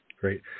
Great